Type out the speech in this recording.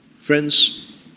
Friends